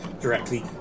directly